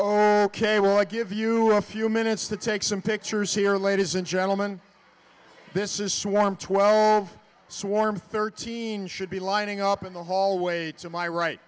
oh ok well i'll give you a few minutes to take some pictures here ladies and gentleman this is so warm twelve swarm thirteen should be lining up in the hallway to my right